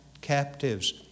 captives